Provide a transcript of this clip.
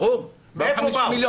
מאיפה באו?